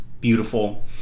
beautiful